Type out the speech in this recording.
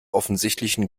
offensichtlichen